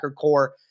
core